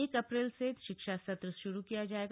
एक अप्रक्ष से शिक्षा सत्र शुरू किया जायेगा